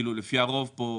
לפי הרוב פה,